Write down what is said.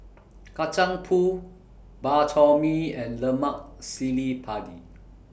Kacang Pool Bak Chor Mee and Lemak Cili Padi